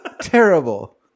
Terrible